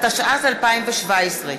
התשע"ז 2017,